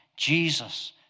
Jesus